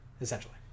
Essentially